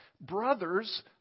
brothers